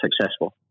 successful